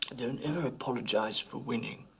don't ever apologize for winning.